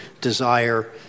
desire